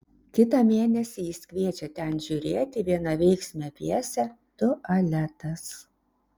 kitą mėnesį jis kviečia ten žiūrėti vienaveiksmę pjesę tualetas